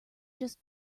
just